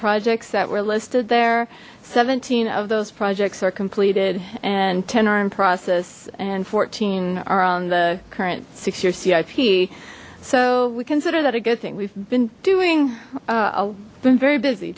projects that were listed there seventeen of those projects are completed and ten are in process and fourteen are on the current six year cip so we consider that a good thing we've been doing i've been very busy